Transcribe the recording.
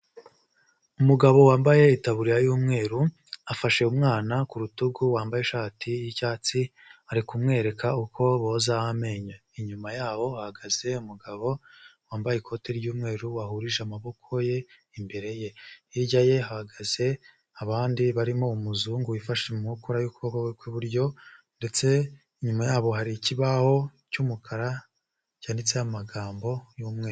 Umugabo wambaye itaburiya y'umweru, afashe umwana ku rutugu wambaye ishati y'icyatsi, ari kumwereka uko boza amenyo, inyuma yabo hahagaze umugabo wambaye ikoti ry'umweru, wahurije amaboko ye imbere ye, hirya ye hahagaze abandi barimo umuzungu wifashe mu nkokora y'ukuboko kwe kw'iburyo, ndetse inyuma yabo hari ikibaho cy'umukara cyanditseho amagambo y'umweru.